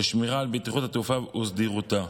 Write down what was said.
לשמירה על בטיחות התעופה וסדירותה.